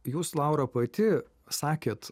jūs laura pati sakėt